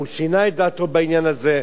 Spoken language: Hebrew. הוא שינה את דעתו בעניין הזה.